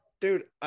Dude